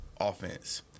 offense